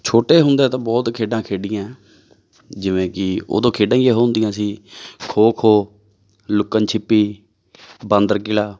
ਛੋਟੇ ਹੁੰਦੇ ਤਾਂ ਬਹੁਤ ਖੇਡਾਂ ਖੇਡੀਆਂ ਜਿਵੇਂ ਕਿ ਉਦੋਂ ਖੇਡਾਂ ਹੀ ਇਹੋ ਹੁੰਦੀਆਂ ਸੀ ਖੋ ਖੋ ਲੁਕਣ ਛਿੱਪੀ ਬਾਂਦਰ ਕਿਲਾ